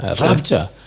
rapture